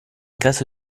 caso